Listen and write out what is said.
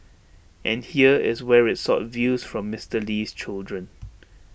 and here is where IT sought views from Mister Lee's children